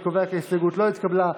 אני קובע כי ההסתייגות לא נתקבלה.